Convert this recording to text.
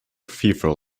fearful